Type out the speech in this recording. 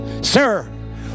Sir